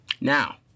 Now